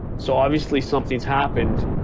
so obviously something's happened.